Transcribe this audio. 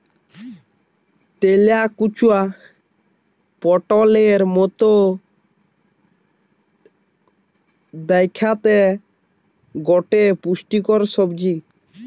তেলাকুচা পটোলের মতো দ্যাখতে গটে পুষ্টিকর সবজি